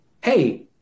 hey